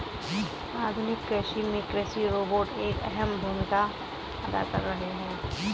आधुनिक कृषि में कृषि रोबोट एक अहम भूमिका अदा कर रहे हैं